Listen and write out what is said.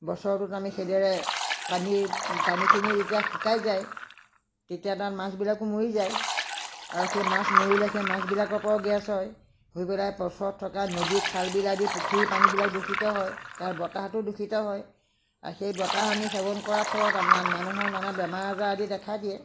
বছৰটোত আমি সেইদৰে পানী পানীখিনি যেতিয়া শুকাই যায় তেতিয়া তাত মাছবিলাকো মৰি যায় আৰু সেই মাছ মৰিলে সেই মাছবিলাকৰ পৰাও গেছ হয় হৈ পেলাই ওচৰত থকা নদী খাল বিল আদি পুখুৰীৰ পানী আদি দূষিত হয় তাৰ বতাহটো দূষিত হয় আৰু সেই বতাহ আমি সেৱন কৰাৰ ফলত মানুহৰ নানা বেমাৰ আজাৰ আদি দেখা দিয়ে